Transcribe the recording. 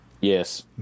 Yes